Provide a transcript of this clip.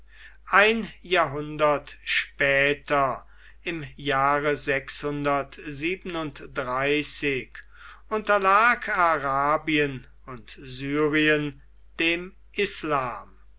ein jahrhundert später im jahre unterlag arabien und syrien dem islam